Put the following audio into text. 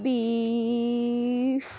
beef